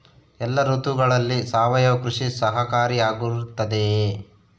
ಎಲ್ಲ ಋತುಗಳಲ್ಲಿ ಸಾವಯವ ಕೃಷಿ ಸಹಕಾರಿಯಾಗಿರುತ್ತದೆಯೇ?